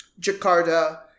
Jakarta